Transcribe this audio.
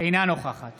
אינה נוכחת